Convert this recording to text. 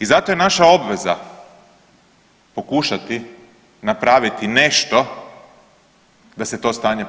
I zato je naša obveza pokušati napraviti nešto da se to stanje